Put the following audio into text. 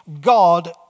God